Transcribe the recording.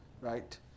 Right